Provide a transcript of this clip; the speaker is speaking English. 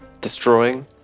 destroying